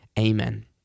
Amen